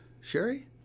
Sherry